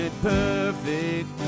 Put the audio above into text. perfect